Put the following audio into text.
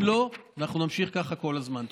אם לא, אנחנו נמשיך ככה כל הזמן.